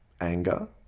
anger